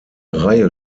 reihe